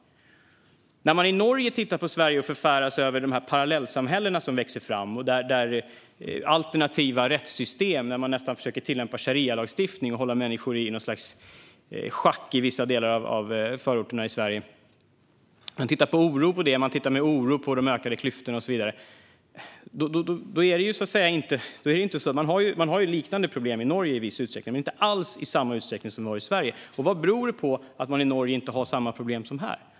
I Norge förfäras man när man tittar på Sverige och ser de parallellsamhällen som växer fram i vissa förorter i Sverige, med alternativa rättssystem där man nästan försöker tillämpa sharialagstiftning för att hålla människor i någon sorts schack. Man tittar på det med oro. Och man tittar med oro på de ökade klyftorna och så vidare. Man har liknande problem i Norge, i viss utsträckning, men inte alls i samma utsträckning som i Sverige. Vad beror det på, att Norge inte har samma problem som vi har?